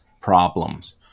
problems